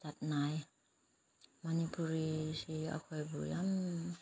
ꯆꯠꯅꯩ ꯃꯅꯤꯄꯨꯔꯤꯁꯦ ꯑꯩꯈꯣꯏꯕꯨ ꯌꯥꯝ